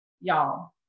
Y'all